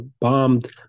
bombed